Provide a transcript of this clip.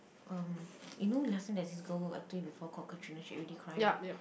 um you know last time there's this girl who I told you before already cry one